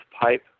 pipe